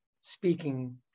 speaking